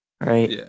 Right